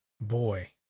boy